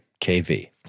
KV